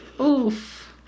oof